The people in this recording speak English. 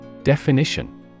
Definition